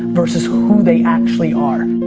versus who they actually are.